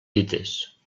dites